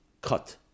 cut